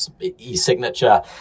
e-signature